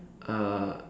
uh